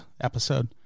episode